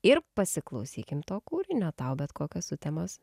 ir pasiklausykim to kūrinio tau bet kokios sutemos